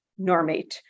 normate